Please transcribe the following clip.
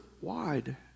wide